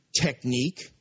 technique